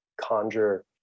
conjure